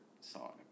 song